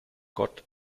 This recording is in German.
gott